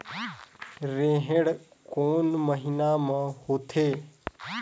रेहेण कोन महीना म होथे?